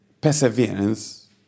perseverance